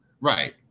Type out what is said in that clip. Right